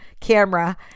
camera